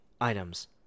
items